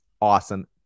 awesome